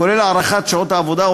כולל הערכת שעות העבודה,